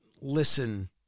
listen